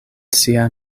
sia